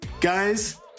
Guys